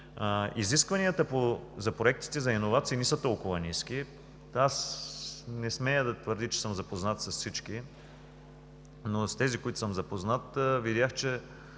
Изискванията за проектите за иновации не са толкова ниски. Не смея да твърдя, че съм запознат с всички, но с тези, с които съм запознат – видях, че